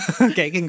Okay